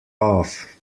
off